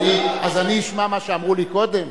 אז אני אשמע מה שאמרו לי קודם?